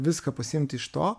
viską pasiimti iš to